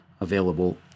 available